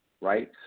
right